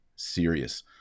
serious